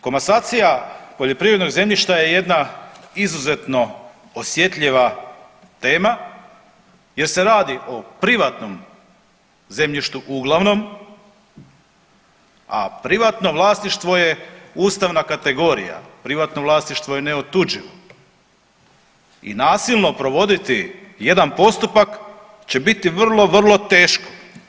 Komasacija poljoprivrednog zemljišta je jedna izuzetno osjetljiva tema jer se radi o privatnom zemljištu uglavnom, a privatno vlasništvo je ustavna kategorija, privatno vlasništvo je neotuđivo i nasilno provoditi jedan postupak će biti vrlo, vrlo teško.